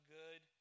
good